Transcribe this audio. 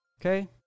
Okay